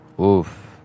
Oof